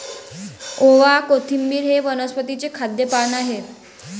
ओवा, कोथिंबिर हे वनस्पतीचे खाद्य पान आहे